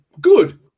good